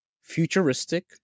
futuristic